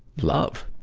love